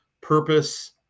purpose